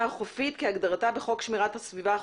החופית כהגדרתה בחוק שמירת הסביבה החופית,